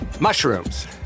Mushrooms